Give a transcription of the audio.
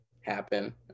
happen